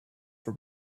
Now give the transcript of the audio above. for